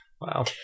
wow